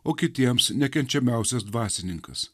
o kitiems nekenčiamiausias dvasininkas